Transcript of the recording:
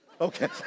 Okay